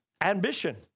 ambition